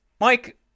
Mike